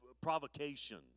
provocation